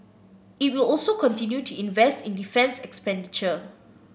it will also continue to invest in defence expenditure